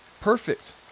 Perfect